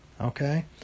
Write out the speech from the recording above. Okay